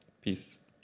peace